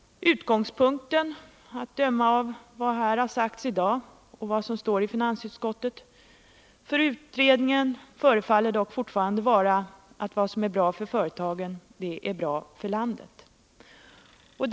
Utgångspunkten för utredningen förefaller dock — att döma av vad som här har sagts i dag och av vad som står i finansutskottets betänkande — fortfarande vara att vad som är bra för företagen är bra för landet.